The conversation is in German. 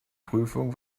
prüfung